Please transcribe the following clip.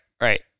right